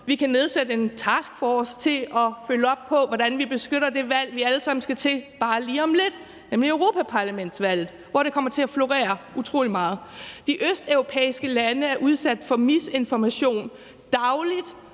vi kan nedsætte en taskforce til at følge op på, hvordan vi beskytter det valg, vi alle sammen bare lige om lidt skal til, nemlig europaparlamentsvalget, hvor det kommer til at florere utrolig meget. De østeuropæiske lande er også dagligt udsat for misinformation, fordi